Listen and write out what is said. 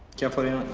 cambodia.